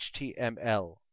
html